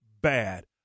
bad